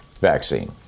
vaccine